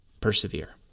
Persevere